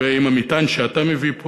ועם המטען שאתה מביא פה